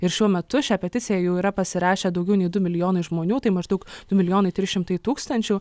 ir šiuo metu šią peticiją jau yra pasirašę daugiau nei du milijonai žmonių tai maždaug du milijonai trys šimtai tūkstančių